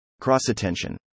Cross-attention